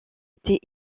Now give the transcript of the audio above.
été